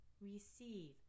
receive